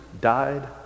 died